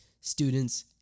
students